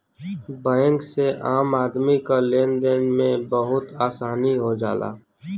bank से आम आदमी क लेन देन में बहुत आसानी हो जाला